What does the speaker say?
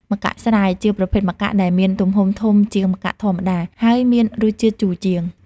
ម្កាក់ស្រែ ជាប្រភេទម្កាក់ដែលមានទំហំធំជាងម្កាក់ធម្មតា ហើយមានរសជាតិជូរជាង។